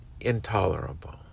intolerable